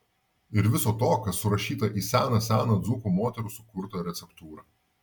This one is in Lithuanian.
ir viso to kas surašyta į seną seną dzūkų moterų sukurtą receptūrą